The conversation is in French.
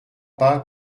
pas